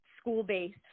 school-based